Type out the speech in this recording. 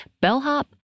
bellhop